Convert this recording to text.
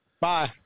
Bye